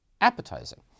appetizing